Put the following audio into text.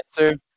answer